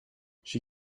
she